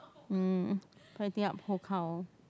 um feel like eating up whole cow